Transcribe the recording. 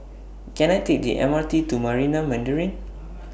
Can I Take The M R T to Marina Mandarin